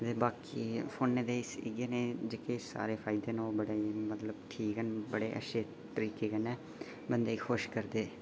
ते बाकी फोनै दे इ'यै जे जेह्के सारे फायदे न ओह् मतलब बड़े ठीक न बड़े अच्छे तरीके कन्नै बंदे ई खुश करदे